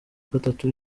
gatatu